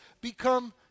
become